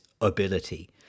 ability